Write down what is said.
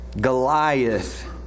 Goliath